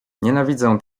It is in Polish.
nienawidzę